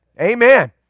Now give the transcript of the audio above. Amen